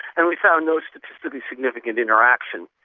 and we found no statistically significant interaction,